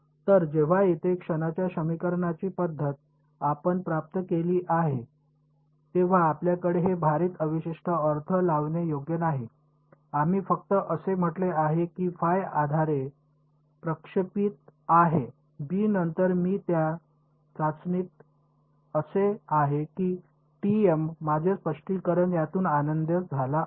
तर जेव्हा येथे क्षणांच्या समीकरणाची पद्धत आपण प्राप्त केली आहे तेव्हा आपल्याकडे हे भारित अवशिष्ट अर्थ लावणे योग्य नाही आम्ही फक्त असे म्हटले आहे की आधारे प्रक्षेपित आहे बी नंतर मी त्या चाचणीत असे आहे की माझे स्पष्टीकरण त्यातून आनंद झाला आहे